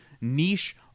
niche